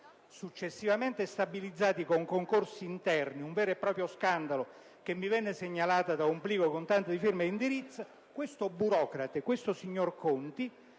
successivamente stabilizzate con concorsi interni (un vero e proprio scandalo che mi venne segnalato con un plico con tanto di firme e di indirizzi), questo burocrate, il signor Conti,